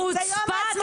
חוצפה.